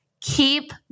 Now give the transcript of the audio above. keep